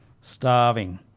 starving